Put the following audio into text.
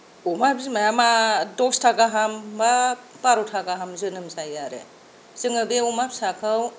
अमा बिमाया मा दसता गाहाम बा बार'ता गाहाम जोनोम जायो आरो जोङो बे अमा फिसाखौ